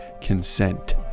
consent